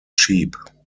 cheap